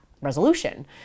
resolution